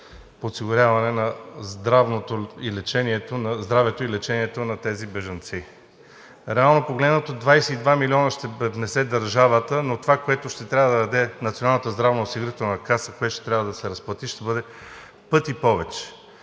подсигуряване на здравето и лечението на тези бежанци. Реално погледнато, 22 милиона ще внесе държавата, но това, което ще трябва да даде Националната здравноосигурителна каса, с което ще трябва да се разплати, ще бъде в пъти повече.